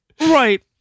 Right